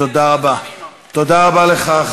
תודה רבה לך,